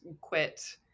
quit